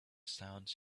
sounds